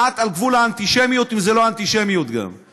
כמעט על גבול האנטישמיות, אם זו לא אנטישמיות גם.